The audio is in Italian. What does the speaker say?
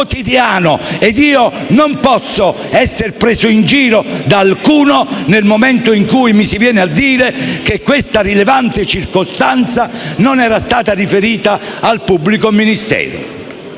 Io non posso essere preso in giro da alcuno nel momento in cui mi si viene a dire che questa rilevante circostanza non era stata riferita al pubblico ministero.